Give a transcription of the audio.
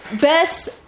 Best